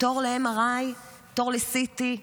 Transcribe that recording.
לתור ל-MRI, תור ל-CT,